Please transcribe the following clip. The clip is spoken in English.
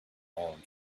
around